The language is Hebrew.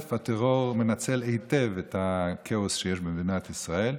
הטרור מנצל היטב את הכאוס שיש במדינת ישראל,